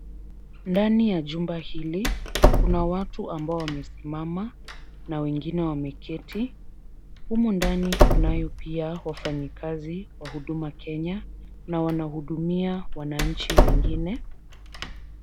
Ndani ya jumba hili, kuna watu ambao wamesimama na wengine wameketi. Humu ndani tunao pia wafanyikazi wa huduma Kenya na wanahudumia wananchi wengine.